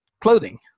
clothing